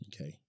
okay